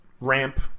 ramp